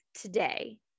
today